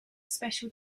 special